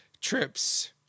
trips